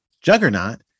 Juggernaut